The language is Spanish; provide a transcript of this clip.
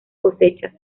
cosechas